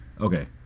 Okay